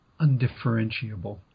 undifferentiable